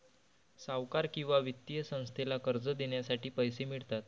सावकार किंवा वित्तीय संस्थेला कर्ज देण्यासाठी पैसे मिळतात